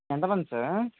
ఎంత మంది సార్